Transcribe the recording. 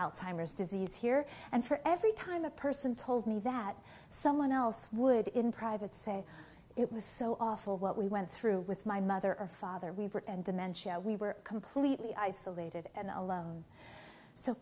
alzheimer's disease here and for every time a person told me that someone else would in private say it was so awful what we went through with my mother or father we were and dementia we were completely isolated and alone so